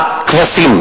לכבשים.